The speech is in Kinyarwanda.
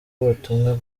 ubutumwa